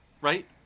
Right